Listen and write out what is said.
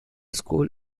school